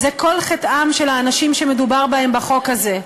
זה כל חטאם של האנשים שמדובר בהם בחוק הזה.